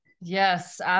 Yes